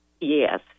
Yes